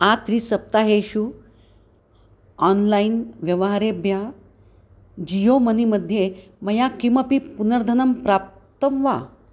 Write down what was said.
आत्रिसप्ताहेषु online व्यवहारेभ्यः Jio money मध्ये मया किमपि पुनर्धनं प्राप्तं वा